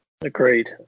agreed